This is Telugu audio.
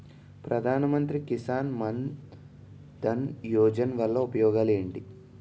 ప్రధాన మంత్రి కిసాన్ మన్ ధన్ యోజన వల్ల ఉపయోగాలు ఏంటి?